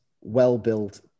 well-built